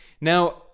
Now